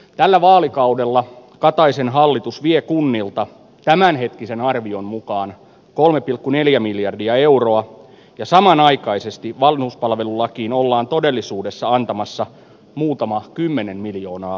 tällä vaalikaudella kataisen hallitus vie kunnilta tämän hetkisen arvion mukaan kolme pilkku neljä miljardia euroa ja samanaikaisesti vanhuspalvelulakiin ollaan todellisuudessa antamassa muutama kymmenen miljoonaa